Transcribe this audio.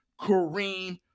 Kareem